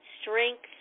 strength